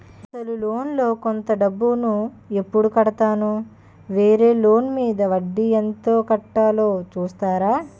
అసలు లోన్ లో కొంత డబ్బు ను ఎప్పుడు కడతాను? వేరే లోన్ మీద వడ్డీ ఎంత కట్తలో చెప్తారా?